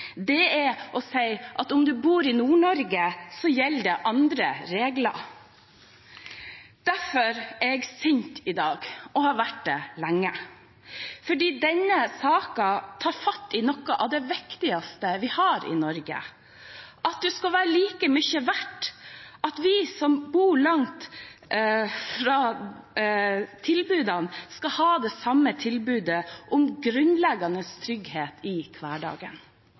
Det er å si at om man bor i Nord-Norge, gjelder det andre regler. Derfor er jeg sint i dag og har vært det lenge. Denne saken tar fatt i noe av det viktigste vi har i Norge – at vi alle er like mye verd, at vi som bor langt unna, skal ha det samme tilbudet om grunnleggende trygghet i hverdagen.